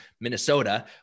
Minnesota